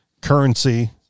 currency